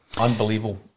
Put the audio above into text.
Unbelievable